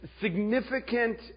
significant